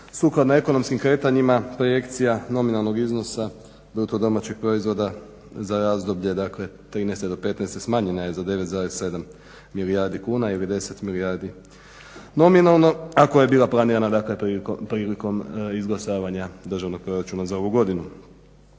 Sukladno ekonomskim kretanjima projekcija nominalnog iznosa BDP-a za razdoblje dakle 2013. – 2015. smanjena je za 9,7 milijardi kuna ili 10 milijardi nominalno. Ako je bila planirana dakle prilikom izglasavanja državnog proračuna za ovu godinu.